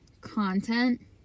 content